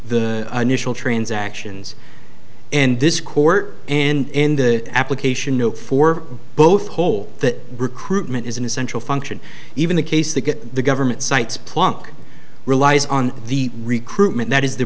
the initial transactions and this court and the application note for both hole that recruitment is an essential function even the case they get the government sites pluck relies on the recruitment that is the